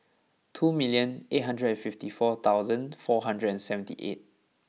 two million eight hundred and fifty four thousand four hundred and seventy eight